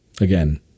Again